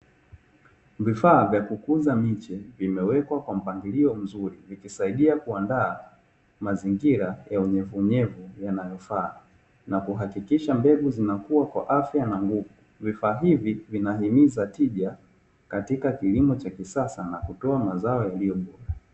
Vifaa vya kukuza miche vimewekwa kwa mpangilio mzuri vikisaidia kuandaa mazingira ya unyevuunyevu yanayofaa na kuhakikisha mbegu zinakua kwa afya na nguvu, vifaa hivi vinahimiza tija katika kilimo cha kisasa na kutoa mazao yaliyo bora.